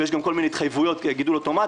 ויש גם כל מיני התחייבויות גידול אוטומטי,